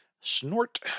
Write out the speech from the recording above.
Snort